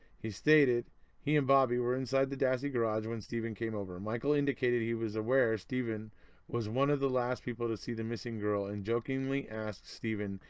he stated he and bobby were inside the dassey garage when steven came over and michael indicated he was aware steven was one of the last people to see the missing girl and jokingly asked steven,